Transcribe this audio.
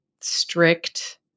strict